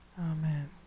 Amen